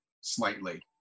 slightly